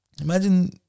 Imagine